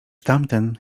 tamten